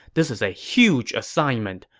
this is a huge assignment,